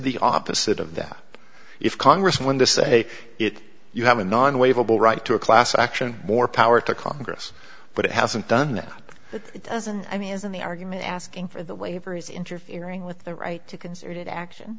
the opposite of that if congress went to say it you have a non waive a bill right to a class action more power to congress but it hasn't done that but it doesn't i mean isn't the argument asking for the waiver is interfering with the right to concerted action